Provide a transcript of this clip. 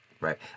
Right